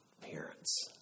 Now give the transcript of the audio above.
parents